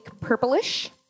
purplish